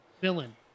villain